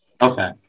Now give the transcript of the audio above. Okay